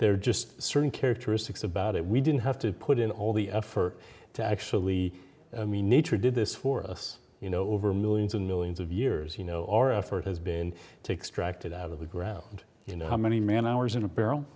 there are just certain characteristics about it we didn't have to put in all the effort to actually i mean nature did this for us you know over millions and millions of years you know our effort has been takes tracked it out of the ground you know how many man hours in a barrel